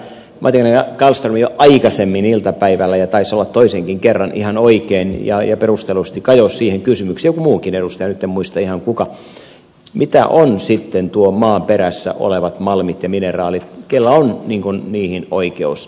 matikainen kallström jo aikaisemmin iltapäivällä ja taisi olla toisenkin kerran ihan oikein ja perustellusti kajosi siihen kysymykseen ja joku muukin edustaja nyt en muista ihan kuka mitä ovat sitten nuo maaperässä olevat malmit ja mineraalit kenellä on niihin oikeus